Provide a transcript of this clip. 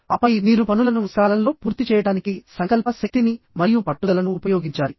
ఆపై మీరు పనులను సకాలంలో పూర్తి చేయడానికి సంకల్ప శక్తిని మరియు పట్టుదలను ఉపయోగించాలి